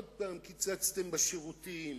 עוד הפעם קיצצתם בשירותים,